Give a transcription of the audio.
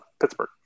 pittsburgh